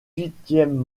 huitième